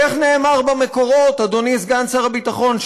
איך נאמר במקורות, אדוני סגן שר הביטחון?